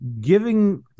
giving